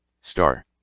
star